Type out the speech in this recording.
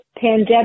pandemic